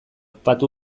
patu